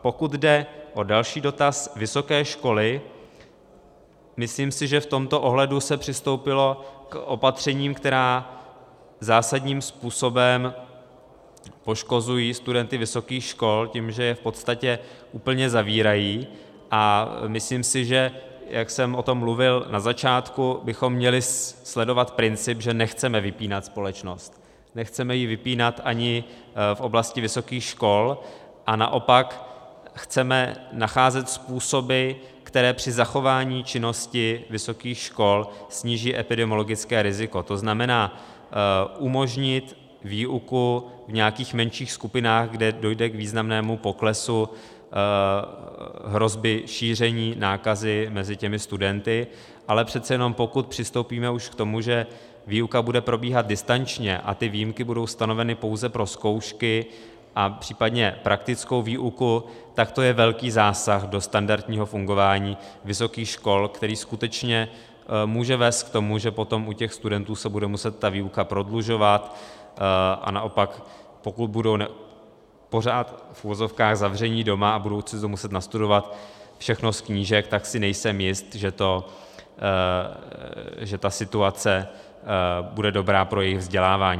Pokud jde o další dotaz, vysoké školy, myslím si, že v tomto ohledu se přistoupilo k opatřením, která zásadním způsobem poškozují studenty vysokých škol tím, že je v podstatě úplně zavírají, a myslím si, jak jsem o tom mluvil na začátku, že bychom měli sledovat princip, že nechceme vypínat společnost, nechceme ji vypínat ani v oblasti vysokých škol a naopak chceme nacházet způsoby, které při zachování činnosti vysokých škol sníží epidemiologické riziko, to znamená umožnit výuku v nějakých menších skupinách, kde dojde k významnému poklesu hrozby šíření nákazy mezi studenty, ale přece jenom pokud přistoupíme už k tomu, že výuka bude probíhat distančně a výjimky budou stanoveny pouze pro zkoušky a případně praktickou výuku, tak to je velký zásah do standardního fungování vysokých škol, který skutečně může vést k tomu, že potom se u studentů bude muset výuka prodlužovat, a naopak, pokud budou pořád v uvozovkách zavření doma a budou si to muset nastudovat všechno z knížek, tak si nejsem jist, že ta situace bude dobrá pro jejich vzdělávání.